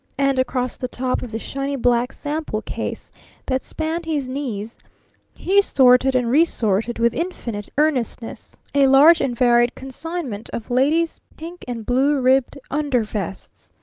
and across the top of the shiny black sample-case that spanned his knees he sorted and re-sorted with infinite earnestness a large and varied consignment of ladies' pink and blue ribbed undervests.